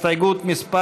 הסתייגות מס'